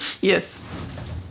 Yes